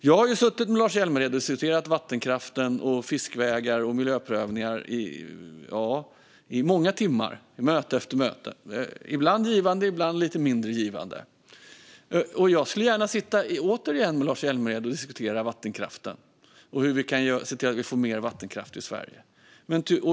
Jag har diskuterat vattenkraft, fiskvägar och miljöprövning med Lars Hjälmered i många timmar på möte efter möte. Ibland har det varit givande, ibland lite mindre givande. Jag skulle gärna åter diskutera med Lars Hjälmered hur vi kan få mer vattenkraft i Sverige.